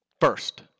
First